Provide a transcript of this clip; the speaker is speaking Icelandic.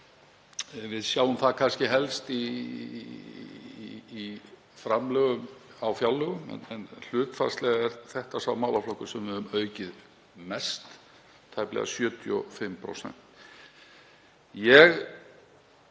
við sjáum það kannski helst í framlögum á fjárlögum en hlutfallslega er þetta sá málaflokkur sem við höfum aukið mest, um tæplega 75%. Ég